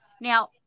Now